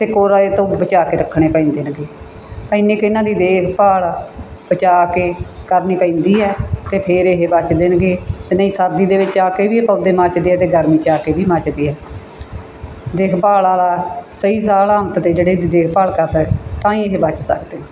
ਅਤੇ ਕੋਹਰੇ ਇਹ ਤੋਂ ਬਚਾ ਕੇ ਰੱਖਣੇ ਪੈਂਦੇ ਨੇ ਗੇ ਇੰਨੀ ਕੁ ਇਹਨਾਂ ਦੀ ਦੇਖਭਾਲ ਬਚਾ ਕੇ ਕਰਨੀ ਪੈਂਦੀ ਹੈ ਅਤੇ ਫਿਰ ਇਹ ਬਚਦੇ ਨੇਗੇ ਅਤੇ ਨਹੀਂ ਸਰਦੀ ਦੇ ਵਿੱਚ ਆ ਕੇ ਵੀ ਇਹ ਪੌਦੇ ਮੱਚਦੇ ਆ ਅਤੇ ਗਰਮੀ 'ਚ ਆ ਕੇ ਵੀ ਮੱਚਦੇ ਆ ਦੇਖਭਾਲ ਵਾਲਾ ਸਹੀ ਸਾਲ ਅੰਤ 'ਤੇ ਜਿਹੜਾ ਇਹਦੀ ਦੇਖਭਾਲ ਕਰਦਾ ਹੈ ਤਾਂ ਹੀ ਇਹ ਬਚ ਸਕਦੇ ਨੇ